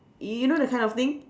you know that kind of thing